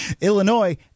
Illinois